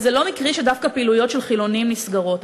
זה לא מקרי שדווקא פעילויות של חילונים נסגרות.